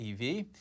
EV